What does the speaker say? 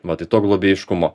matai to globėjiškumo